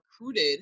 recruited